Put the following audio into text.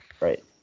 Right